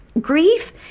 Grief